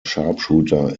sharpshooter